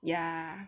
yeah